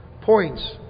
points